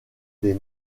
des